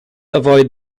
avoid